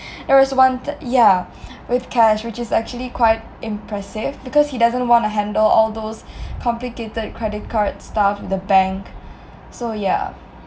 there was one th~ ya with cash which is actually quite impressive because he doesn't want to handle all those complicated credit card stuff with the bank so ya